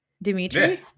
Dimitri